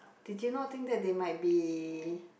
did you not think they might be